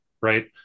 Right